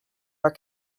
are